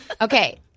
Okay